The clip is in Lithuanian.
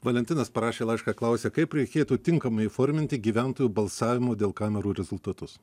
valentinas parašė laišką klausia kaip reikėtų tinkamai įforminti gyventojų balsavimo dėl kamerų rezultatus